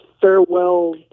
farewell